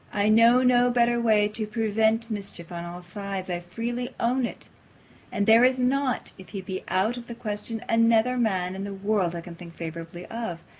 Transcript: i know no better way to prevent mischief on all sides, i freely own it and there is not, if he be out of the question, another man in the world i can think favourably of.